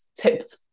tipped